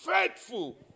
faithful